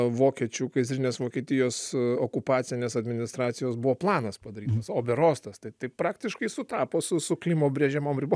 vokiečių kaizerinės vokietijos okupacinės administracijos buvo planas padarytas oberostas tad praktiškai sutapo su su klimo brėžiamom ribom